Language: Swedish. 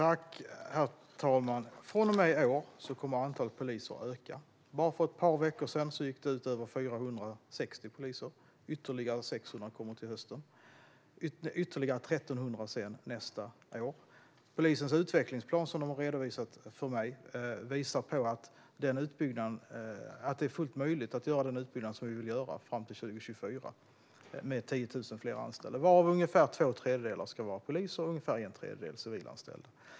Herr talman! Från och med i år kommer antalet poliser att öka. Bara för ett par veckor sedan gick över 460 poliser ut utbildningen. Ytterligare 600 kommer till hösten, och därtill blir det ytterligare 1 300 nästa år. Polisens utvecklingsplan, som har redovisats för mig, visar att det är fullt möjligt att göra den utbyggnad som vi vill göra fram till 2024 med 10 000 fler anställda, varav ungefär två tredjedelar ska vara poliser och ungefär en tredjedel ska vara civilanställda.